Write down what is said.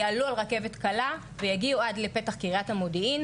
יעלו על הרכבת הקלה ויגיעו עד לפתח קריית המודיעין.